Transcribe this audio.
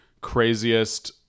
craziest